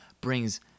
brings